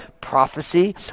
prophecy